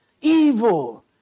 evil